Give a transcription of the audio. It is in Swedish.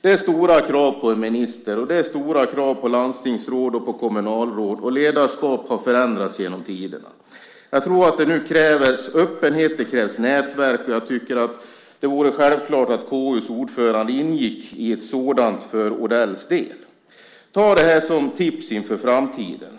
Det är stora krav på en minister, och det är stora krav på landstingsråd och på kommunalråd. Ledarskap har också förändrats genom tiderna. Jag tror att det nu krävs öppenhet och nätverk, och jag tycker att det vore självklart att KU:s ordförande ingick i ett sådant för Odells del. Ta det här som tips inför framtiden.